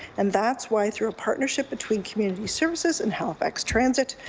and that's why through a partnership between community services and halifax transit,